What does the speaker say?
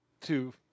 Two